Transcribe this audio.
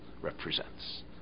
represents